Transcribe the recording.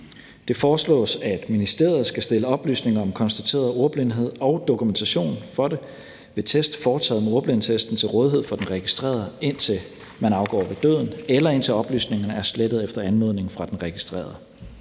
Det foreslås, at ministeriet skal stille oplysninger om konstateret ordblindhed og dokumentation for det ved test foretaget med ordblindetesten til rådighed for den registrerede, indtil man afgår ved døden, eller indtil oplysningerne er slettet efter anmodning fra den registrerede.